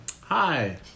Hi